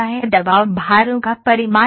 दबाव भारों का परिमाण क्या है